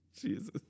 Jesus